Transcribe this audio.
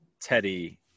Teddy